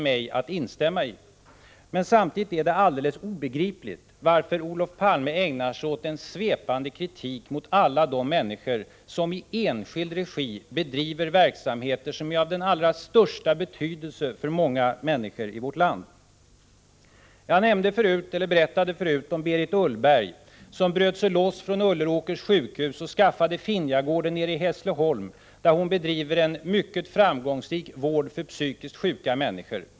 Men samtidigt är det alldeles obegripligt varför Olof Palme ägnar sig åt en svepande kritik mot alla de människor som i enskild regi bedriver verksamheter som är av den allra största betydelse för många i vårt land. Jag berättade förut om Berit Ullberg, som bröt sig loss från Ulleråkers sjukhus och skaffade Finjagården nere i Hässleholm, där hon bedriver en mycket framgångsrik vård för psykiskt sjuka människor.